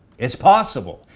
it's possible!